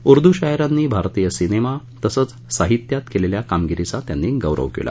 उर्दू शायरांनी भारतीय सिनेमा तसंच साहित्यात केलेल्या कामगिरीचा त्यांनी गौरव केला